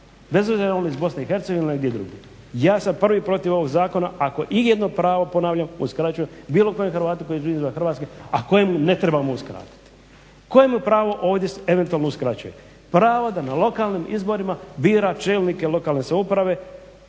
je li on iz Bosne i Hercegovine ili negdje drugdje. Ja sam prvi protiv ovog zakona ako i jedno pravo ponavljam uskraćujem bilo kojem Hrvatu koji živi izvan Hrvatske, a kojemu ne trebamo uskratiti. Koje mu pravo ovdje eventualno uskraćujemo? Pravo da na lokalnim izborima bira čelnike lokalne samouprave,